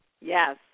Yes